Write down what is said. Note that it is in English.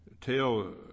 Tell